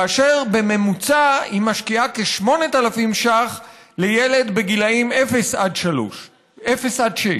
ובממוצע היא משקיעה כ-8,000 ש"ח בילד בגילאי אפס עד שש.